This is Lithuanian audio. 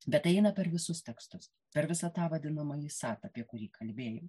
bet eina per visus tekstus per visą tą vadinamąjį sat apie kurį kalbėjau